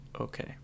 Okay